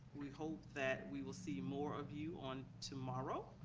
we hope that we will see more of you on tomorrow.